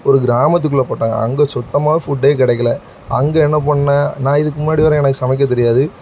ஒரு கிராமத்துக்குள்ளே போட்டாங்க அங்கே சுத்தமாகவே ஃபுட்டே கிடைக்கல அங்கே என்ன பண்ண நான் இதுக்கு முன்னாடி வரையும் எனக்கு சமைக்கத் தெரியாது